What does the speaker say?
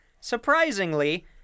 surprisingly